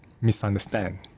misunderstand